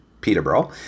Peterborough